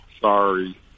Sorry